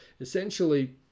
essentially